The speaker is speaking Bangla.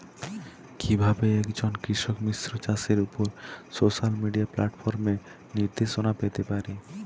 কিভাবে একজন কৃষক মিশ্র চাষের উপর সোশ্যাল মিডিয়া প্ল্যাটফর্মে নির্দেশনা পেতে পারে?